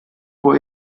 può